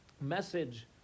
message